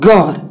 God